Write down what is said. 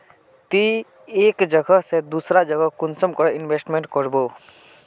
ती एक जगह से दूसरा जगह कुंसम करे इन्वेस्टमेंट करबो?